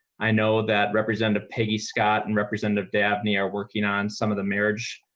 i know that represent a piggy scott and representative death near working on some of the marriage.